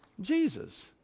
Jesus